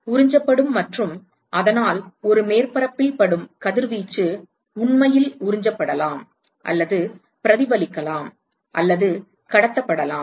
உறிஞ்சப்படும் மற்றும் அதனால் ஒரு மேற்பரப்பில் படும் கதிர்வீச்சு உண்மையில் உறிஞ்சப்படலாம் அல்லது பிரதிபலிக்கலாம் அல்லது கடத்தப்படலாம்